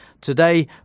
today